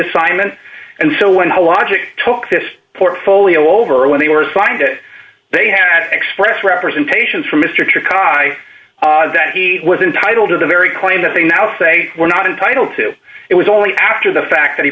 assignment and so when the logic took this portfolio over when they were assigned it they had express representations from mr cobb i that he was entitled to the very claim that they now say were not entitled to it was only after the fact that he